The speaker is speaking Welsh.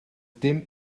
dim